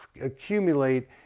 accumulate